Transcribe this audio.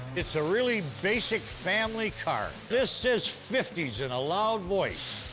it's a really basic family car. this says fifty s in a loud voice.